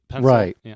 right